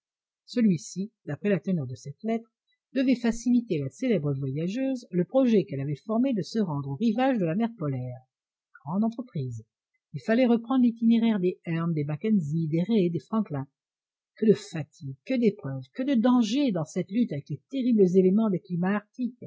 celui-ci d'après la teneur de cette lettre devait faciliter à la célèbre voyageuse le projet qu'elle avait formé de se rendre aux rivages de la mer polaire grande entreprise il fallait reprendre l'itinéraire des hearne des mackenzie des raë des franklin que de fatigues que d'épreuves que de dangers dans cette lutte avec les terribles éléments des climats